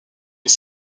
les